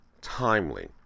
timely